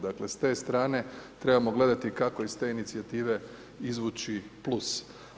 Dakle, s te strane trebamo gledati kako iz inicijative izvući plus.